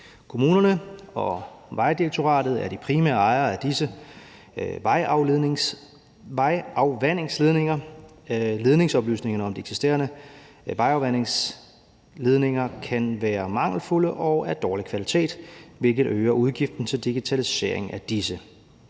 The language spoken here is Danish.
Kommunerne og Vejdirektoratet er de primære ejere af disse vejafvandingsledninger. Ledningsoplysningerne om de eksisterende vejafvandingsledninger kan være mangelfulde og af dårlig kvalitet, hvilket øger udgiften til digitalisering af disse.